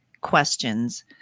questions